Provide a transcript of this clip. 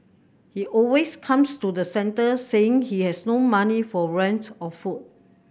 he always comes to the centre saying he has no money for rent or food